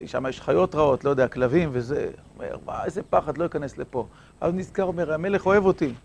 שמה יש חיות רעות, לא יודע, כלבים וזה. אומר, מה, איזה פחד, לא אכנס לפה. אבל נזכר, אומר, המלך אוהב אותי.